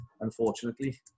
unfortunately